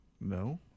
No